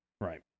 Right